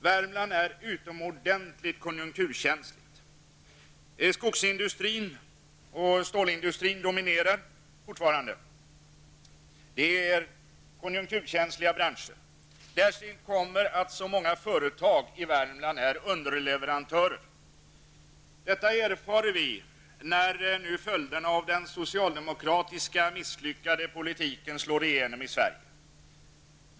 Värmland är utomordentligt konjunkturkänsligt. Skogsindustrin och stålindustrin är fortfarande de dominerande industrierna, och det är konjunkturkänsliga branscher. Därtill kommer att många företag i Värmland är underleverantörer. Detta erfar vi när följderna av socialdemokraternas misslyckade politik blir ett faktum här i Sverige.